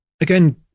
again